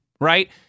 right